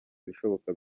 ibishoboka